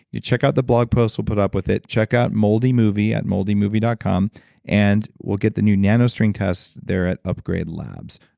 check out the blog posts we'll put up with it check out moldy movie at moldymovie dot com and we'll get the new nanostring test there at upgrade labs.